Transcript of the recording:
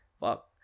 fuck